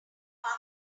color